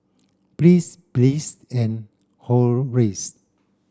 Briss Bliss and Horace